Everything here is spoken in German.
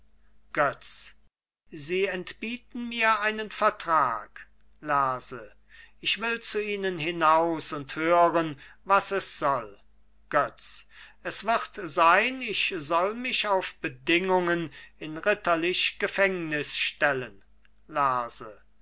götz sie entbieten mir einen vertrag lerse ich will zu ihnen hinaus und hören was es soll götz es wird sein ich soll mich auf bedingungen in ritterlich gefängnis stellen lerse